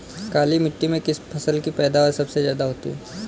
काली मिट्टी में किस फसल की पैदावार सबसे ज्यादा होगी?